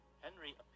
Henry